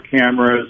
cameras